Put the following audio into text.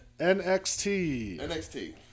NXT